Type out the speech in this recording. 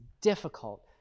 difficult